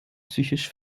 psychisch